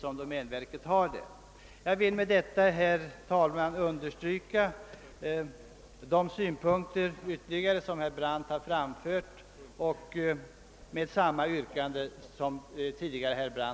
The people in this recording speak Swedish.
Jag vill med det anförda, herr talman, ytterligare understryka de synpunkter som herr Brandt har framfört och framställer samma yrkande som han.